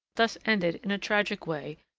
thus ended, in a tragic way,